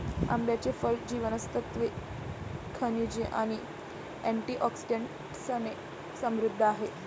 आंब्याचे फळ जीवनसत्त्वे, खनिजे आणि अँटिऑक्सिडंट्सने समृद्ध आहे